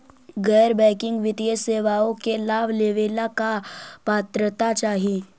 गैर बैंकिंग वित्तीय सेवाओं के लाभ लेवेला का पात्रता चाही?